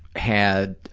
had,